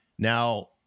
Now